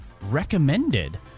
Recommended